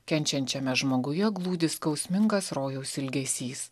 kenčiančiame žmoguje glūdi skausmingas rojaus ilgesys